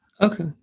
Okay